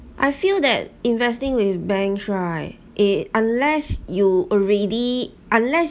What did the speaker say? I feel that investing with banks right it unless you already unless